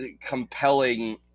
compelling